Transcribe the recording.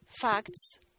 facts